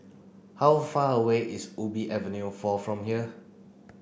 how far away is Ubi Avenue four from here